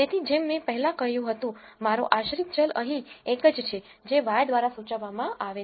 તેથી જેમ મેં પહેલા કહ્યું હતું મારો આશ્રિત ચલ અહીં એક જ છે જે y દ્વારા સૂચવવામાં આવે છે